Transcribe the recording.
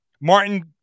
Martin